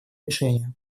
решения